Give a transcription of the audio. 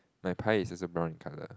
my pie is also brown in colour